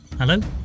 Hello